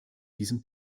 diesem